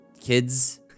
kids